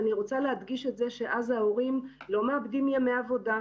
אני רוצה להדגיש את זה שאז ההורים לא מאבדים ימי עבודה,